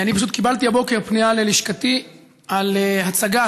אני פשוט קיבלתי הבוקר פנייה ללשכתי על הצגה